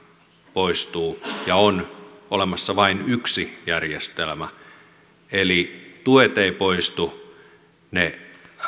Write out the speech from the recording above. poistuu ja on olemassa vain yksi järjestelmä eli tuet eivät poistu ne